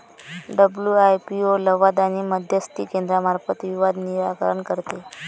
WIPO लवाद आणि मध्यस्थी केंद्रामार्फत विवाद निराकरण करते